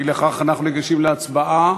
אי-לכך אנחנו ניגשים להצבעה.